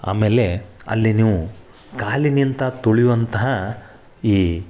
ಆಮೇಲೆ ಅಲ್ಲಿ ನೀವು ಕಾಲಿನಿಂದ ತುಳಿಯುವಂತಹ ಈ